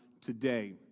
today